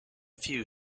few